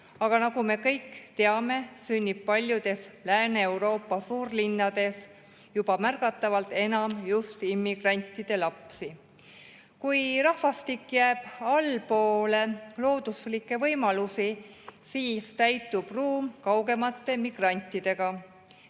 aga nagu me kõik teame, sünnib paljudes Lääne-Euroopa suurlinnades juba märgatavalt enam just immigrantide lapsi. Kui rahvastik jääb allapoole looduslikke võimalusi, siis täitub ruum kaugemate migrantidega,